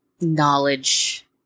knowledge